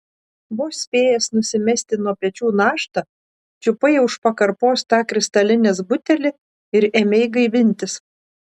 vos spėjęs nusimesti nuo pečių naštą čiupai už pakarpos tą kristalinės butelį ir ėmei gaivintis